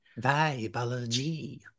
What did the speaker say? Vibology